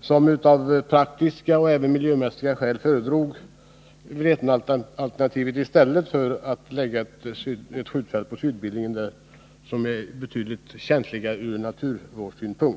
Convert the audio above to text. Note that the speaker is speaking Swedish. som av praktiska och miljömässiga skäl föredrog Vretenalternativet i stället för förläggningen av skjutfältet till Sydbillingen, som ju från naturvårdssynpunkt är ett betydligt känsligare område.